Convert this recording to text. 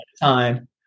Time